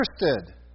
interested